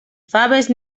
faves